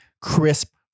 crisp